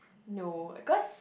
no cause